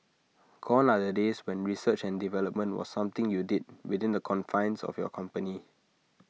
gone are the days when research and development was something you did within the confines of your company